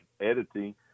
editing